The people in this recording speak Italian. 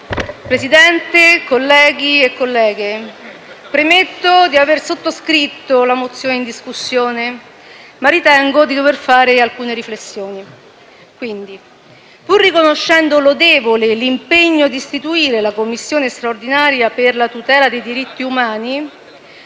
Presidente, colleghi e colleghe, premetto di aver sottoscritto la mozione in discussione ma ritengo di dover fare alcune riflessioni. Pur riconoscendo lodevole l'impegno di istituire la Commissione straordinaria per la tutela dei diritti umani,